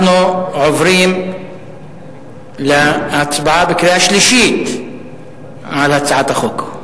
אנחנו עוברים להצבעה בקריאה שלישית על הצעת החוק.